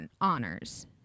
honors